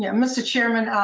yeah mr. chairman,